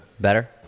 Better